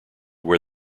where